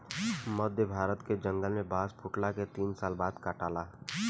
मध्य भारत के जंगल में बांस फुटला के तीन साल के बाद काटाला